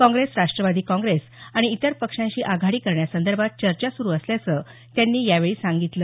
काँप्रेस राष्ट्रवादी काँप्रेस आणि इतर पक्षांशी आघाडी करण्यासंदर्भात चर्चा सुरू असल्याचं त्यांनी यावेळी सांगितलं